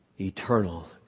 eternal